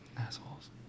Assholes